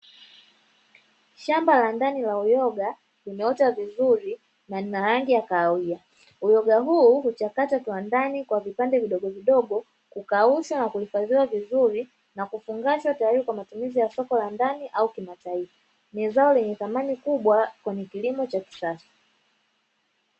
Shamba la ndani la uyoga limeota vizuri na lina rangi ya kahawia. Uyoga huu huchakatwa kiwandani kwa vipande vidogovidogo, hukaushwa na kuhifadhiwa vizuri na kufungwashwa tayari kwa matumizi ya soko la ndani na nje ya nchi. Ni zao lenye thamani kubwa kwenye kilimo cha kisasa.